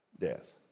Death